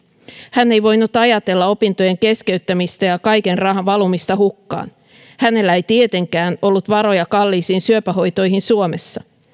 hän ei voinut ajatella opintojen keskeyttämistä ja kaiken rahan valumista hukkaan hänellä ei tietenkään ollut varoja kalliisiin syöpähoitoihin suomessa